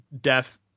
death